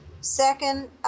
second